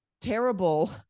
terrible